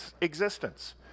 existence